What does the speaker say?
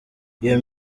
iyo